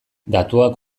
datuak